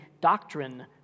doctrine